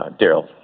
Daryl